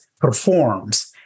performs